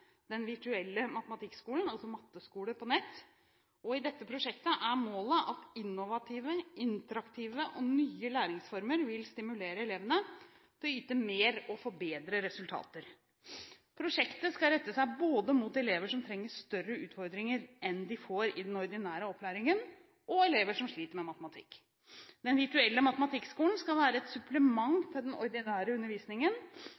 Den virtuelle matematikkskolen – altså en matteskole på nett. I dette prosjektet er målet at innovative, interaktive og nye læringsformer vil stimulere elevene til å yte mer og få bedre resultater. Prosjektet skal rette seg både mot elever som trenger større utfordringer enn de får i den ordinære opplæringen, og elever som sliter med matematikk. Den virtuelle matematikkskolen skal være et